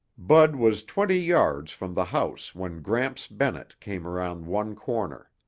bud was twenty yards from the house when gramps bennett came around one corner.